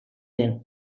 den